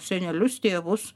senelius tėvus